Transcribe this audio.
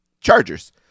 Chargers